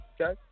Okay